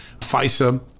FISA